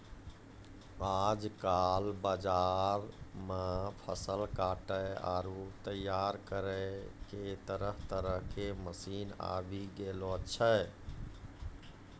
आजकल बाजार मॅ फसल काटै आरो तैयार करै के तरह तरह के मशीन आबी गेलो छै